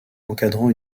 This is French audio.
encadrant